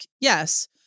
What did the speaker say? yes